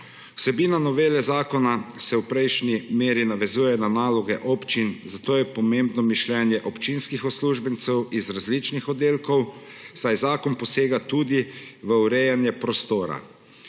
Vsebina novele zakona se v precejšnji meri navezuje na naloge občin, zato je pomembno mišljenje občinskih uslužbencev z različnih oddelkov, saj zakon posega tudi v urejanje prostora.